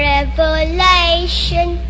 Revelation